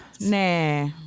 nah